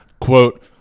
quote